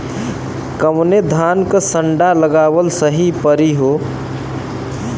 कवने धान क संन्डा लगावल सही परी हो?